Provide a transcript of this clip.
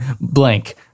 blank